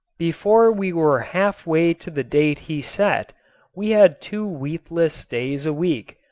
before we were half way to the date he set we had two wheatless days a week,